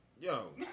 Yo